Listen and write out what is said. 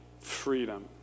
freedom